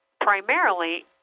primarily